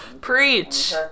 preach